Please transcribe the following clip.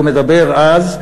והוא מדבר אז,